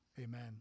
Amen